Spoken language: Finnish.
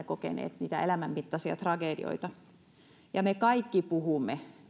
kokeneet niitä elämän mittaisia tragedioita tai jopa me itsekin olemme ja me kaikki puhumme